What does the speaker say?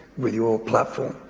with your platform,